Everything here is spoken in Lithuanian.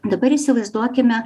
dabar įsivaizduokime